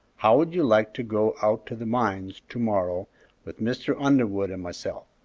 how would you like to go out to the mines to-morrow with mr. underwood and myself?